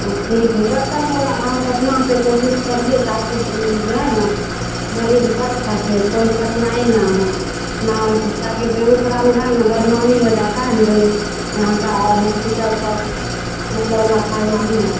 बस ठीक है जब तक हो ना आप अपना से कोशिश करिए ताकि जो है ना मरीज बच सके कोई कठिनाई ना हो ना ताकि बेगूसराय में है ना बदनामी हो जाता है ना जो यहाँ का हॉस्पिटल सब मतलब है लापरवाही हैं